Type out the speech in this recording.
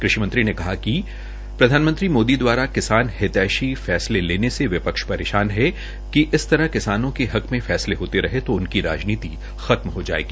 कृषि मंत्री ने कहा कि पीएम मोदी दवारा किसान हितैषी फैसले लेने से विपक्ष परेशान है कि इस तरह किसानों के हक में फैसले होते रहे तो उनकी राजनीति खत्म हो जाएगी